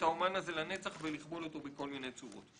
האמן הזה לנצח ולכבול אותו בכל מיני צורות.